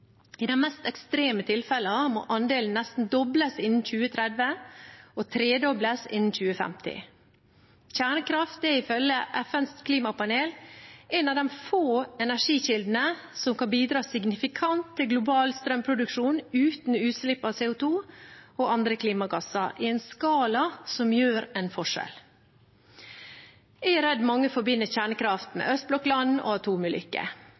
I de mest ekstreme tilfellene må andelen nesten dobles innen 2030 og tredobles innen 2050. Kjernekraft er ifølge FNs klimapanel en av de få energikildene som kan bidra signifikant til global strømproduksjon uten utslipp av CO 2 og andre klimagasser, i en skala som gjør en forskjell. Jeg er redd mange forbinder kjernekraft med østblokkland og